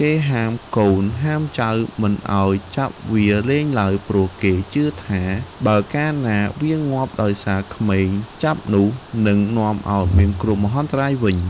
គេហាមកូនហាមចៅមិនឱ្យចាប់វាលេងឡើយ ព្រោះគេជឿថា បើកាលណាវាងាប់ដោយសារក្មេងចាប់នោះ នឹងនាំឱ្យមានគ្រោះមហន្តរាយវិញ។